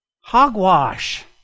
Hogwash